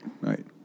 Right